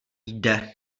jde